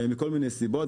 מכל מיני סיבות,